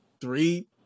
three